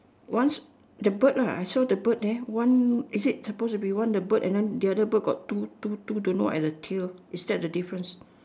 once the bird lah I saw the bird there one is it supposed to be one the bird and then the other bird got two two two don't know what at the tail is that the difference